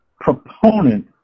proponent